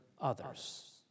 others